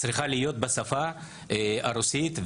צריכה להיות בשפה הרוסית,